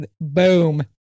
boom